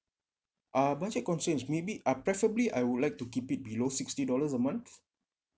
uh budget constraints maybe uh preferably I would like to keep it below sixty dollars a month